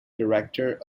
director